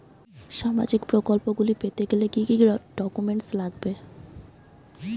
সামাজিক প্রকল্পগুলি পেতে গেলে কি কি ডকুমেন্টস লাগবে?